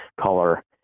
color